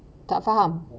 tak faham